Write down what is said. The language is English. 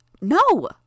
No